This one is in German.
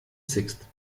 sixt